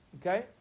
okay